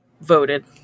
voted